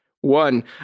one